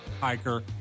hiker